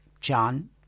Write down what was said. John